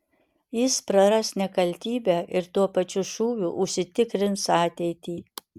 jis praras nekaltybę ir tuo pačiu šūviu užsitikrins ateitį